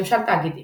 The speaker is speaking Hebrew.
ממשל תאגידי